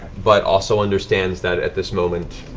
but also understands that at this moment,